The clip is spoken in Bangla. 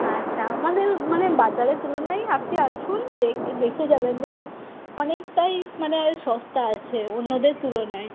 আচ্ছা আমাদের মানে বাজারের তুলনায় আপনি আসুন দেক দেখে যাবেন যে অনেকটাই মানে সস্তা আছে অন্যদের তুলনায়